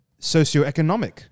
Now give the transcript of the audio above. socioeconomic